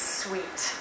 sweet